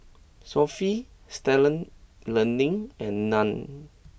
Sofy Stalford Learning and Nan